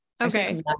Okay